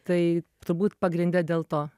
tai turbūt pagrinde dėl to